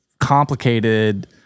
complicated